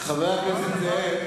חבר הכנסת זאב.